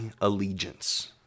allegiance